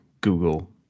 Google